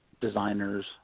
designers